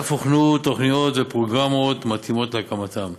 ואף הוכנו תוכניות ופרוגרמות מתאימות להקמתם.